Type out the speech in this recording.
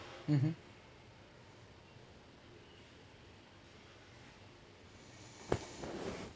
mmhmm